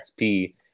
XP